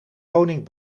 woning